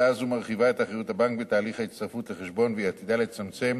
הצעה זו מרחיבה את אחריות הבנק בתהליך ההצטרפות לחשבון והיא עתידה לצמצם